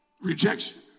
rejection